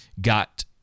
got